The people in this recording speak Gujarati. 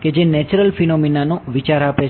કે જે નેચરલ ફીનોમીના નો વિચાર આપે છે